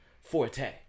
Forte